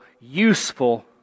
useful